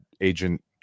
agent